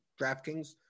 DraftKings